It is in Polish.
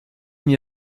nie